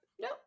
No